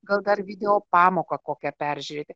gal dar video pamoką kokią peržiūrėti